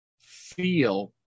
feel